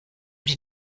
die